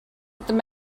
that